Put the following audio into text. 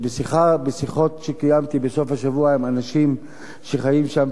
בשיחות שקיימתי בסוף השבוע עם אנשים שחיים שם,